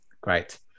Great